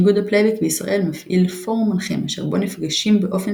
איגוד הפלייבק בישראל מפעיל פורום מנחים אשר בו נפגשים באופן